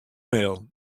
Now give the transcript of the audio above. mail